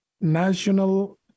National